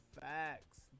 facts